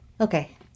okay